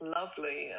Lovely